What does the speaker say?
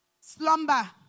slumber